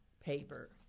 paper